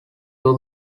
two